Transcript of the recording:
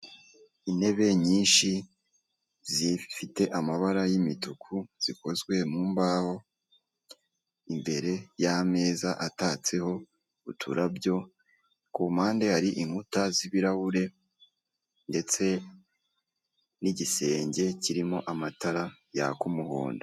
Intebe nyinshi zifite amabara y'imituku zikozwe mu mbaho, imbere y'ameza atatseho uturabyo, ku mpande hari inkuta z'ibirahure ndetse n'igisenge kirimo amatara yaka umuhondo.